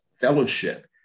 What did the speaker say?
fellowship